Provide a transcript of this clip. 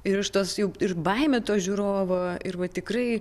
ir iš tos ir ir baimė to žiūrovo ir bet tikrai